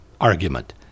argument